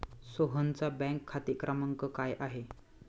सोहनचा बँक खाते क्रमांक काय आहे?